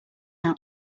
out